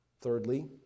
Thirdly